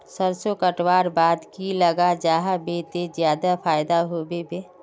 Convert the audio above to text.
सरसों कटवार बाद की लगा जाहा बे ते ज्यादा फायदा होबे बे?